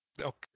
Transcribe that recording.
Okay